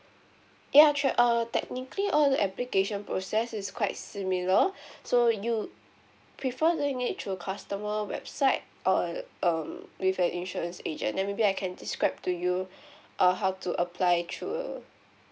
ya sure err technically all the application process is quite similar so you prefer to make it through customer website or um with your insurance agent then maybe I can describe to you err how to apply through